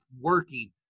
working